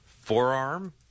forearm